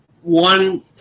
One